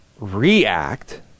react